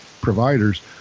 providers